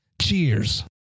Cheers